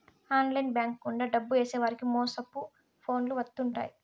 online bank గుండా డబ్బు ఏసేవారికి మోసపు ఫోన్లు వత్తుంటాయి